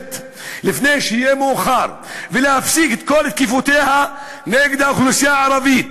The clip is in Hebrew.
להתעשת לפני שיהיה מאוחר ולהפסיק את כל תקיפותיה נגד האוכלוסייה הערבית.